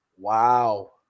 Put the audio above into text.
wow